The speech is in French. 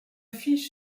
fiche